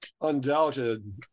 undoubted